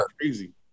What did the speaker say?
crazy